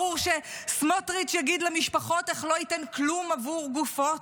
ברור שסמוטריץ' יגיד למשפחות איך לא ייתן כלום עבור גופות.